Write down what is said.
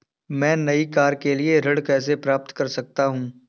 मैं नई कार पर ऋण कैसे प्राप्त कर सकता हूँ?